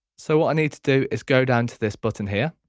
so what i need to do is go down to this button here